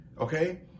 Okay